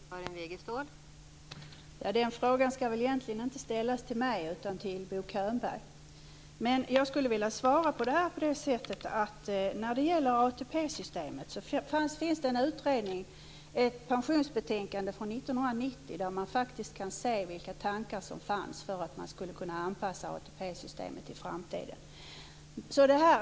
Fru talman! Det sista är en fråga som väl egentligen inte skall ställas till mig utan till Bo Könberg. Jag skulle vilja svara på det sättet att det när det gäller ATP-systemet finns ett pensionsbetänkande från 1990 där man kan se vilka tankar som fanns om att anpassa ATP-systemet till framtiden.